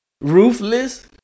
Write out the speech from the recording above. ruthless